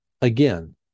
Again